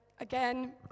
again